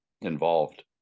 involved